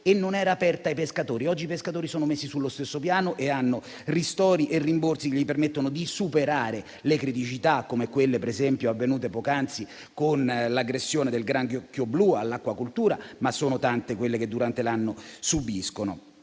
non era aperta ai pescatori. Oggi i pescatori sono messi sullo stesso piano e hanno ristori e rimborsi che permettono loro di superare criticità come quelle avvenute poc'anzi con l'aggressione del granchio blu all'acquacoltura, ma sono tante quelle che subiscono